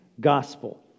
gospel